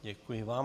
Děkuji vám.